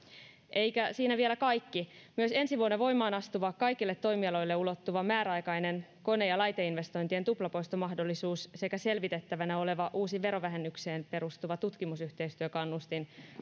eikä siinä vielä kaikki myös ensi vuonna voimaan astuva kaikille toimialoille ulottuva määräaikainen kone ja laiteinvestointien tuplapoistomahdollisuus sekä selvitettävänä oleva uusi verovähennykseen perustuva tutkimusyhteistyökannustin